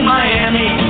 Miami